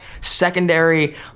secondary